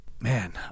Man